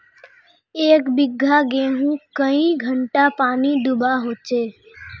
एक बिगहा गेँहूत कई घंटा पानी दुबा होचए?